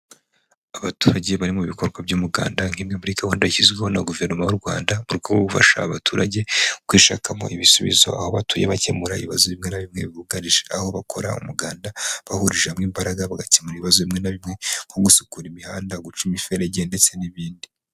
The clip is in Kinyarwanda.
Abaturage bari mu bikorwa by'umuganda nk'imwe muri gahunda yashyizweho na guverinoma y'u Rwanda uriko ufasha abaturage kwishakamo ibisubizo aho batuye bakemura ibibazo bimwe na bimwe bibugarije, aho bakora umuganda bahurije hamwe imbaraga bagakemura ibibazo bimwe na bimwe, nko gusukura imihanda guca imiferege ndetse n'ibindi.